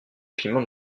piment